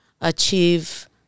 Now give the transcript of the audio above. achieve